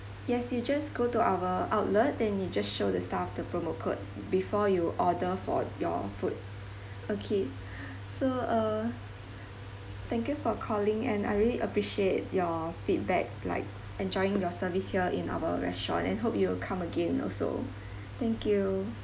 yes you just go to our outlet then you just show the staff the promo code before you order for your food okay so uh thank you for calling and I really appreciate your feedback like enjoying your service here in our restaurant and hope you'll come again also thank you